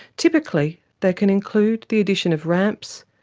typically they can include the addition of ramps,